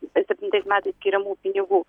septintais metais skiriamų pinigų